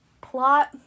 plot